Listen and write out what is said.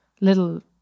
little